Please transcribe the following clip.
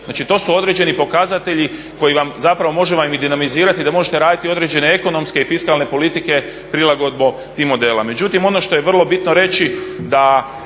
Znači, to su određeni pokazatelji koji vam zapravo mogu … da možete raditi određene ekonomske i fiskalne politike prilagodbu tih modela.